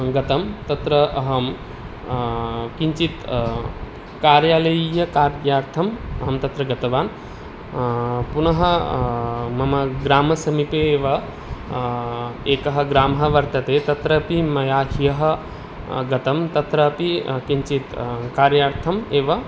गतं तत्र अहं किञ्चित् कार्यालयीयकार्यार्थम् अहं तत्र गतवान् पुनः मम ग्रामसमीपे एव एकः ग्रामः वर्तते तत्रापि मया ह्यः गतं तत्रापि किञ्चित् कार्यार्थम् एव